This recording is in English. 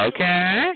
Okay